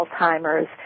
Alzheimer's